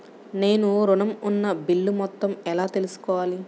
నేను ఋణం ఉన్న బిల్లు మొత్తం ఎలా తెలుసుకోవాలి?